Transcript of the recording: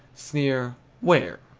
sneer where?